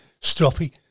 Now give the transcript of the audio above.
stroppy